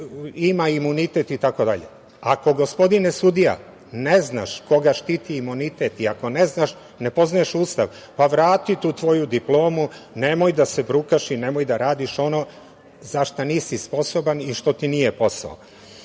ima imunitet, itd. Ako gospodine sudija ne znaš koga štiti imunitet i ako ne znaš, ne poznaješ Ustav, pa vrati tu tvoju diplomu, nemoj da se brukaš i nemoj da radiš ono za šta nisi sposoban i što nije posao. Mi